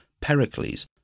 Pericles